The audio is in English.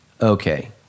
okay